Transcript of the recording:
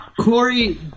Corey